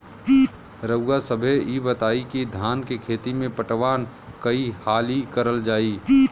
रउवा सभे इ बताईं की धान के खेती में पटवान कई हाली करल जाई?